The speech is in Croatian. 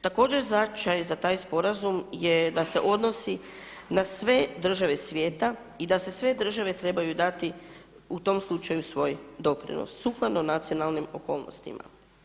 Također značaj za taj sporazum je da se odnosi na sve države svijeta i da sve države trebaju dati u tom slučaju svoj doprinos sukladno nacionalnim okolnostima.